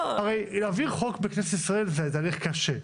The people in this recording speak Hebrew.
הרי להעביר חוק בכנסת ישראל זה הליך קשה.